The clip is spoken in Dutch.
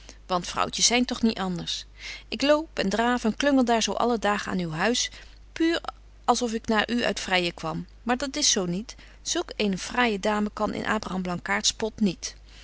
want vrouwtjes zyn toch niet anders ik loop en draaf en klungel daar zo alle daag aan uw huis puur als of ik naar u uit vryën kwam maar dat is zo niet zulk eene fraaije dame kan in abraham blankaarts pot niet